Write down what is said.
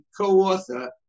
co-author